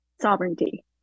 sovereignty